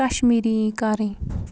کَشمیٖری یی کَرٕنۍ